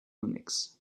linux